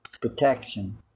protection